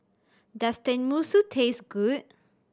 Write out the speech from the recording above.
does Tenmusu taste good